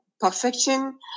perfection